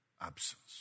absence